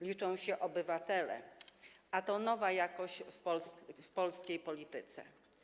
Liczą się obywatele, a to nowa jakość w polskiej polityce.